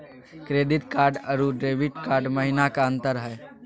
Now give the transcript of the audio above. Credit card अरू debit card महिना का अंतर हई?